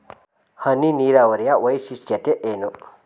ಹನಿ ನೀರಾವರಿಯ ವೈಶಿಷ್ಟ್ಯತೆ ಏನು?